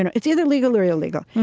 and it's either legal or illegal.